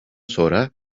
sonra